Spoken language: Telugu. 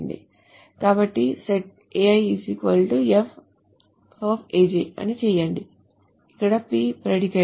కాబట్టి సెట్ Ai f అని చేయండి ఇక్కడ P ప్రిడికేట్